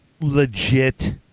legit